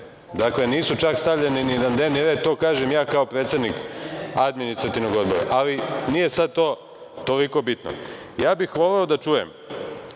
Dakle, nisu čak stavljene ni na dnevni red, to kažem ja kao predsednik Administrativnog odbora, ali nije sada to toliko bitno. Ja bih voleo da čujem,